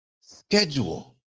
schedule